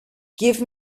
give